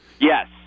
Yes